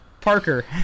Parker